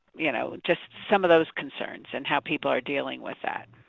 you know, just some of those concerns and how people are dealing with that.